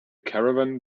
caravan